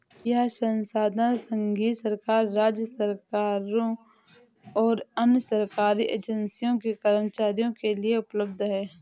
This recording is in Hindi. यह संसाधन संघीय सरकार, राज्य सरकारों और अन्य सरकारी एजेंसियों के कर्मचारियों के लिए उपलब्ध है